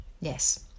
Yes